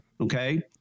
okay